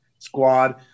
squad